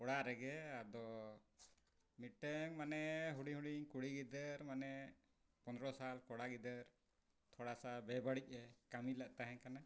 ᱚᱲᱟᱜ ᱨᱮᱜᱮ ᱟᱫᱚ ᱢᱤᱫᱴᱟᱹᱝ ᱢᱟᱱᱮ ᱦᱩᱰᱤᱧ ᱦᱩᱰᱤᱧ ᱠᱩᱲᱤ ᱜᱤᱫᱟᱹᱨ ᱢᱟᱱᱮ ᱯᱚᱱᱮᱨᱚ ᱥᱟᱞ ᱠᱚᱲᱟ ᱜᱤᱫᱟᱹᱨ ᱛᱷᱚᱲᱟᱥᱟ ᱵᱮᱼᱵᱟᱹᱲᱤᱡ ᱮ ᱠᱟᱹᱢᱤ ᱞᱮᱫ ᱛᱟᱦᱮᱸ ᱠᱟᱱᱟ